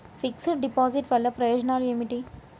Fix డ్ deposit వల్ల ప్రయోజనాలు ఏమిటి?